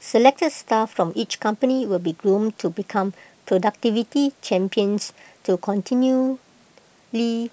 selected staff from each company will be groomed to become productivity champions to continually